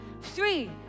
Three